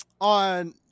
on